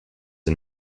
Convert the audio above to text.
and